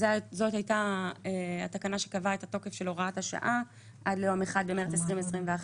זאת הייתה התקנה שקבעה את התוקף של הוראת השעה עד ליום 1 במרס 2021,